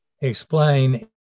explain